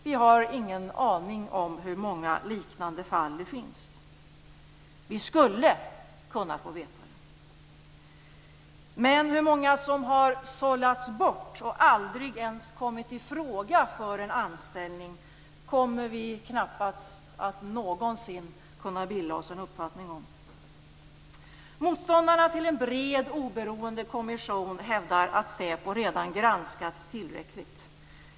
Vi har ingen aning om hur många liknande fall det finns. Vi skulle kunna få veta det. Men hur många som har sållats bort och aldrig ens kommit i fråga för en anställning kommer vi knappast att någonsin kunna bilda oss en uppfattning om. Motståndarna till en bred oberoende kommission hävdar att SÄPO redan granskats tillräckligt.